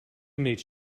meet